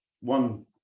one